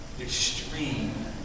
extreme